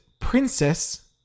Princess